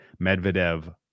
medvedev